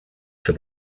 for